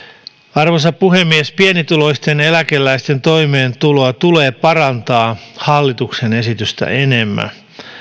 arvoisa puhemies pienituloisten eläkeläisten toimeentuloa tulee parantaa hallituksen esitystä enemmän